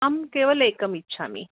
अहं केवलम् एकम् इच्छामि